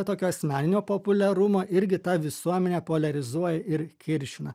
tokio asmeninio populiarumo irgi ta visuomenę poliarizuoja ir kiršina